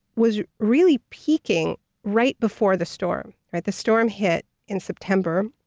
was really peaking right before the storm, right? the storm hit in september.